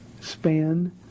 span